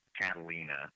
Catalina